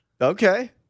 Okay